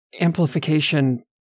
amplification